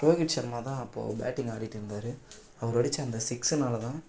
ரோகித்சர்மா தான் அப்போ பேட்டிங் ஆடிகிட்டு இருந்தார் அவர் அடித்த அந்த சிக்ஸ்ஸுனால தான்